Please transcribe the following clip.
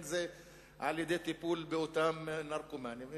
אם על-ידי טיפול באותם נרקומנים,